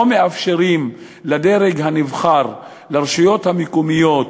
לא מאפשרים לדרג הנבחר, לרשויות המקומיות,